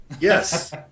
Yes